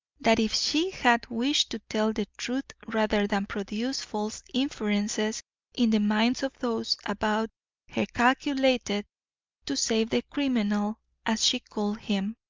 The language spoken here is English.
that if she had wished to tell the truth rather than produce false inferences in the minds of those about her calculated to save the criminal as she called him,